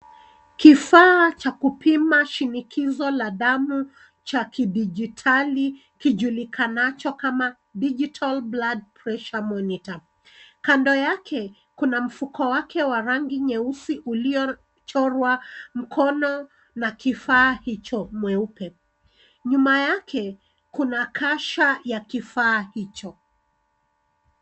Kifaa cha kupima shinikizo la damu cha kidijitali kijulikanacho kama digital blood pressure monitor . Kando yake kuna mfuko wake wa rangi nyeusi uliochorwa mkono na kifaa hicho mweupe. Nyuma yake kuna kasha ya kifaa hicho.